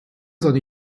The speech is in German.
seine